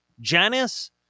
Janice